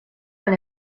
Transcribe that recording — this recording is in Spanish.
con